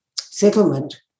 settlement